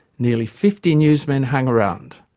nearly fifty newsmen hung around.